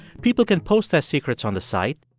people can post their secrets on the site,